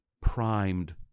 primed